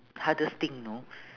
hardest thing you know